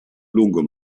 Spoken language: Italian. lungo